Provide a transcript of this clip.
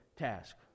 task